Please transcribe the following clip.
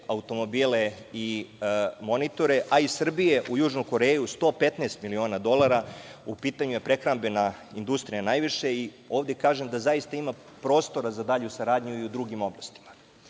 automobile i monitore, a iz Srbije u Južnu Koreju 115 miliona dolara, a u pitanju je prehrambena industrija. Kažem da ovde zaista ima prostora za dalju saradnju i u drugim oblastima. Isto